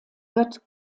wird